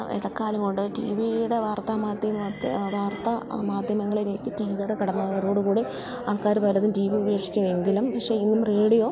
ഇടക്കാലം കൊണ്ട് വാർത്താമാധ്യമങ്ങളിലേക്ക് ടീ വിയുടെ കടന്നുവരവോടുകൂടി ആൾക്കാര് പലരും റേഡിയോ ഉപേക്ഷിച്ചുവെങ്കിലും പക്ഷേ ഇന്നും റേഡിയോ